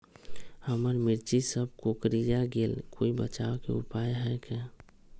हमर मिर्ची सब कोकररिया गेल कोई बचाव के उपाय है का?